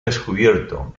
descubierto